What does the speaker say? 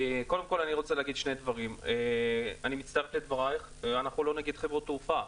אני רוצה להגיד שני דברים: אני מצטרף לדבריך שאנחנו לא נגד חברות תעופה,